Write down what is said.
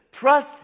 Trust